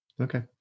Okay